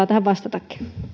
tähän vastata